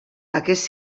aquests